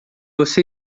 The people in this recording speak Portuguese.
você